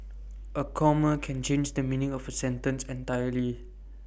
A comma can change the meaning of A sentence entirely